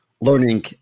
learning